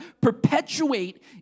perpetuate